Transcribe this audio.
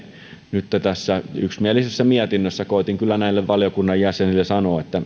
nyt tässä yksimielisessä mietinnössä koetin kyllä valiokunnan jäsenille sanoa